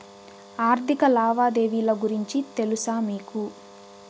ఆర్థిక లావాదేవీల గురించి తెలుసా మీకు